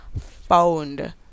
found